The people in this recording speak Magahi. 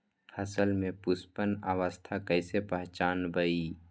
फसल में पुष्पन अवस्था कईसे पहचान बई?